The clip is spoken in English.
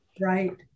Right